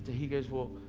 he goes, well,